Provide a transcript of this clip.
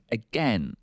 again